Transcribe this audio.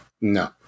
No